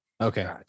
Okay